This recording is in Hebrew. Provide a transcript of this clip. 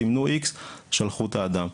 סימנו X ושלחו את האדם.